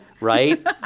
right